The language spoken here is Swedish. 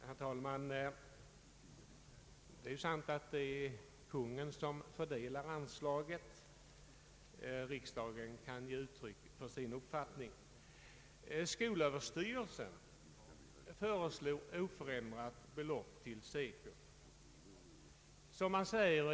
Herr talman! Det är sant att det är Kungl. Maj:t som fördelar anslaget. Riksdagen kan bara ge uttryck för sin uppfattning om fördelningen.